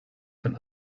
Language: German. von